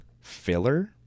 Filler